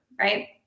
Right